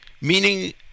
meaning